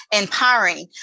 Empowering